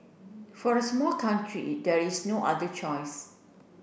for a small country there is no other choice